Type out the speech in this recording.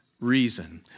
Reason